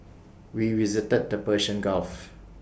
we visited the Persian gulf